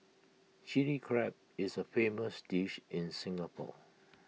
Chilli Crab is A famous dish in Singapore